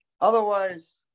otherwise